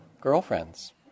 girlfriends